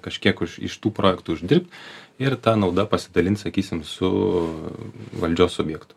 kažkiek iš tų projektų uždirbt ir ta nauda pasidalins sakysim su valdžios subjektu